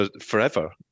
forever